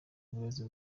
uburezi